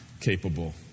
capable